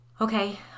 Okay